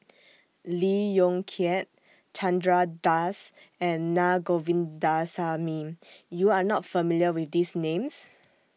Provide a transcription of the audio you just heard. Lee Yong Kiat Chandra Das and Na Govindasamy YOU Are not familiar with These Names